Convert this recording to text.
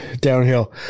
downhill